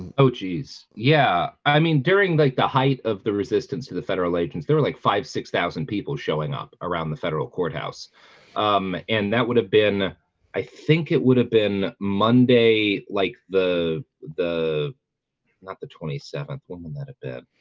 and oh geez. yeah, i mean during like the height of the resistance to the federal agents there were like five six thousand people showing up around the federal courthouse, um and that would have been i think it would have been monday like the the not the twenty seventh. what would that have been?